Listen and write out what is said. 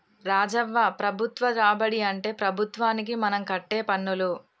రాజవ్వ ప్రభుత్వ రాబడి అంటే ప్రభుత్వానికి మనం కట్టే పన్నులు